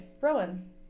Rowan